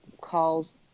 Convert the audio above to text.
calls